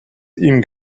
ihm